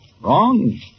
Wrong